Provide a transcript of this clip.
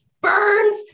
burns